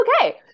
okay